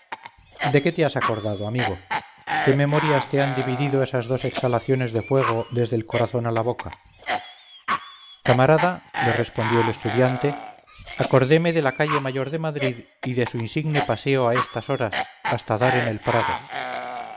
de qué te has acordado amigo qué memorias te han dividido esas dos exhalaciones de fuego desde el corazón a la boca camarada le respondió el estudiante acordéme de la calle mayor de madrid y de su insigne paseo a estas horas hasta dar en el prado